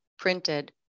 printed